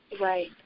Right